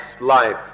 life